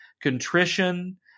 Contrition